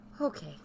Okay